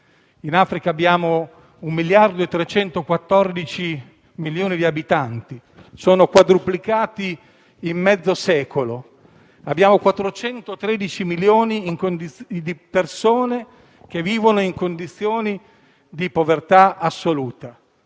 In Africa abbiamo un miliardo e 314 milioni di abitanti (sono quadruplicati in mezzo secolo) e abbiamo 413 milioni di persone che vivono in condizioni di povertà assoluta.